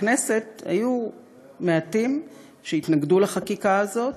בכנסת היו מעטים שהתנגדו לחקיקה הזאת,